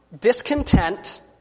discontent